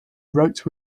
wrote